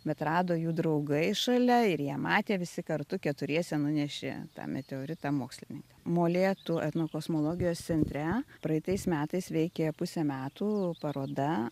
bet rado jų draugai šalia ir jie matė visi kartu keturiese nunešė tą meteoritą mokslininkam molėtų etnokosmologijos centre praeitais metais veikė pusę metų paroda